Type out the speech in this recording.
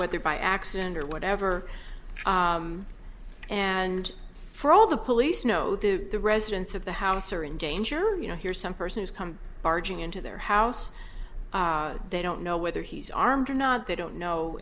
whether by accident or whatever and for all the police know the the residents of the house are in danger you know here's some person who's come barging into their house they don't know whether he's armed or not they don't know